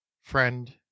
friend